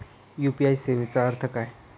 UPI सेवेचा अर्थ काय?